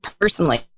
personally